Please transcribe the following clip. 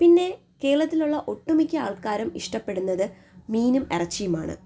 പിന്നെ കേരളത്തിലുള്ള ഒട്ടു മിക്ക ആള്ക്കാരും ഇഷ്ടപ്പെടുന്നത് മീനും ഇറച്ചിയുമാണ്